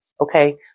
Okay